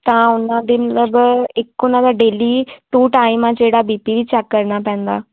ਤਾਂ ਉਹਨਾਂ ਦੀ ਮਤਲਬ ਇੱਕ ਉਹਨਾਂ ਦਾ ਡੇਲੀ ਟੂ ਟਾਈਮ ਆ ਜਿਹੜਾ ਬੀ ਪੀ ਵੀ ਚੈੱਕ ਕਰਨਾ ਪੈਂਦਾ